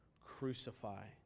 Crucify